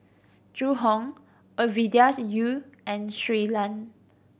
Zhu Hong Ovidia Yu and Shui Lan